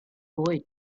boy